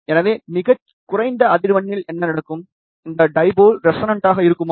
எனவே மிகக் குறைந்த அதிர்வெண்ணில் என்ன நடக்கும் இந்த டைபோல் ரெசனண்டாக இருக்குமா